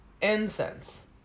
incense